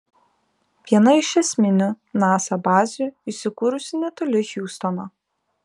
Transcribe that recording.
viena iš esminių nasa bazių įsikūrusi netoli hjustono